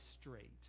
straight